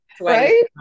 right